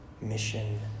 mission